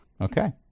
Okay